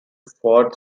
four